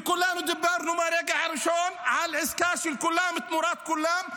וכולנו דיברנו מהרגע הראשון על עסקה של כולם תמורת כולם,